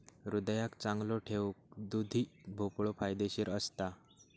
हृदयाक चांगलो ठेऊक दुधी भोपळो फायदेशीर असता